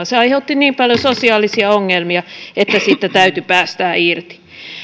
se aiheutti niin paljon sosiaalisia ongelmia että siitä täytyi päästää irti